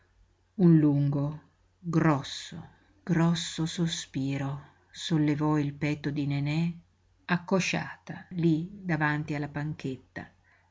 un lungo grosso grosso sospiro sollevò il petto di nenè accosciata lí davanti alla panchetta